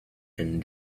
and